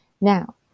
Now